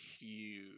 huge